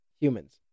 humans